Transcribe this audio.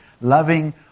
loving